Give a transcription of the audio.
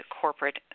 corporate